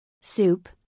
Soup